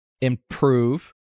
improve